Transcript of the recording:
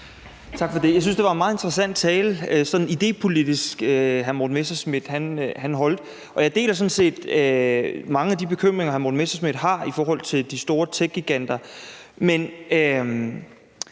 Tak for det. Jeg synes, at det sådan idépolitisk var en meget interessant tale, hr. Morten Messerschmidt holdt, og jeg deler sådan set mange af de bekymringer, hr. Morten Messerschmidt har i forhold til de store techgiganter. Men